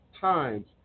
times